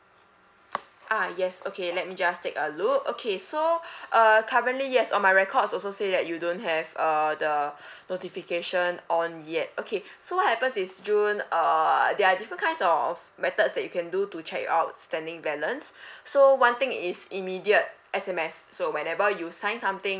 ah yes okay let me just take a look okay so uh currently yes on my records also say that you don't have uh the notification on yet okay so what happens is june uh there are different kinds of methods that you can do to check outstanding balance so one thing is immediate S_M_S so whenever you sign something